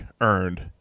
earned